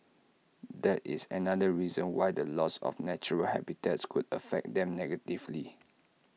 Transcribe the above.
that is another reason why the loss of natural habitats could affect them negatively